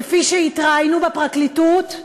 כפי שהתראיינו בפרקליטות,